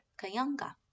kayanga